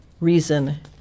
reason